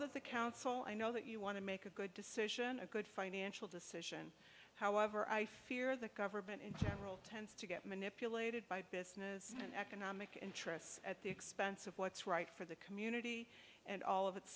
that the council i know that you want to make a good decision a good financial decision however i fear that government in general tends to get manipulated by business and economic interests at the expense of what's right for the community and all of its